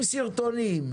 עם סרטונים,